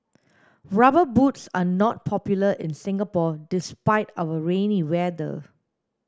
rubber boots are not popular in Singapore despite our rainy weather